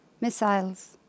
missiles